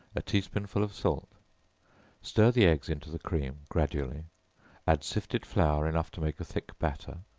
a tea-spoonful of salt stir the eggs into the cream, gradually add sifted flour enough to make a thick batter,